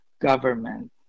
government